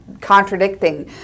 contradicting